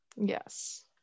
yes